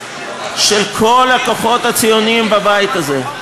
כל הכוחות הציוניים בבית הזה,